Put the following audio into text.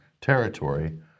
territory